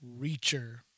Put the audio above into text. Reacher